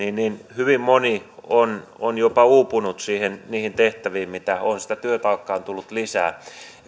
hyvin moni on on jopa uupunut niihin tehtäviin mitä on sitä työtakkaa on tullut lisää